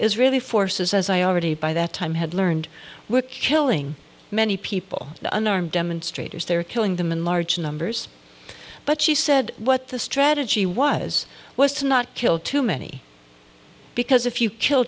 israeli forces as i already by that time had learned were killing many people unarmed demonstrators there killing them in large numbers but she said what the strategy was was to not kill too many because if you kill